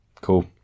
Cool